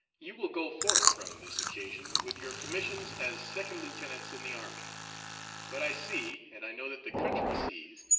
you will go forth from this occasion with your commissions as second lieutenants in the army but i see, and i know that the country sees,